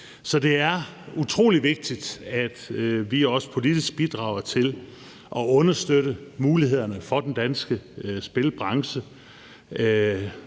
Så det er utrolig vigtigt, at vi også politisk bidrager til at understøtte mulighederne for den danske spilbranche,